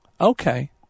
Okay